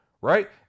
right